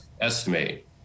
estimate